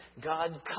God